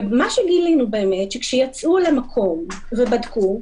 ומה שגילינו שכאשר יצאו למקום ובדקו,